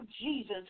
Jesus